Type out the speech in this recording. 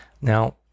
Now